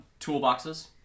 toolboxes